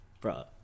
bro